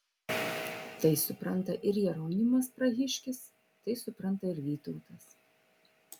tai supranta ir jeronimas prahiškis tai supranta ir vytautas